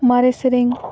ᱢᱟᱨᱮ ᱥᱮᱨᱮᱧ